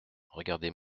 regardez